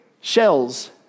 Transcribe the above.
Shells